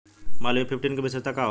Malviya fifteen के विशेषता का होला?